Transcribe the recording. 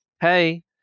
Hey